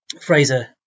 Fraser